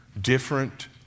different